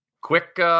Quick